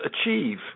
achieve